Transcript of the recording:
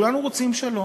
כולנו רוצים שלום.